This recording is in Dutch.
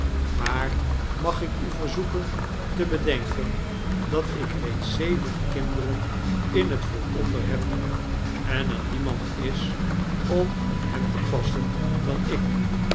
maar mag ik u verzoeken te bedenken dat ik reeds zeven kinderen in t vooronder heb en er demand is om op hen te passen dan ik